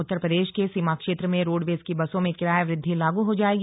उत्तर प्रदेश के सीमाक्षेत्र में रोडवेज की बसों में किराया वृद्धि लागू हो जायेगी